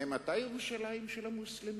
ממתי ירושלים היא של המוסלמים?